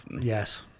Yes